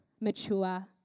mature